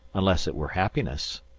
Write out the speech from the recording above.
unless it were happiness